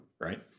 Right